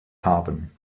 haben